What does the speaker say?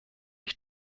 ich